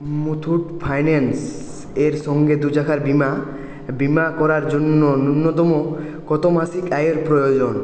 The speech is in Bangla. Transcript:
মুথুট ফাইন্যান্সের সঙ্গে দু চাকার বীমা বীমা করার জন্য ন্যূনতম কত মাসিক আয়ের প্রয়োজন